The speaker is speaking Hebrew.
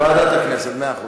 ועדת הכנסת, מאה אחוז.